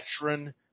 veteran